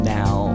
now